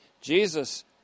Jesus